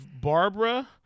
Barbara